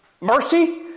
mercy